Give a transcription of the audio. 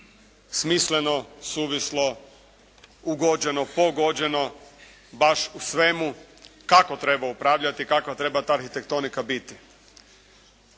smisleno, suvislo, ugođeno, pogođeno baš u svemu kako treba upravljati, kakva treba ta arhitektonika biti.